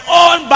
own